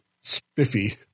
spiffy